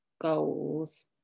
goals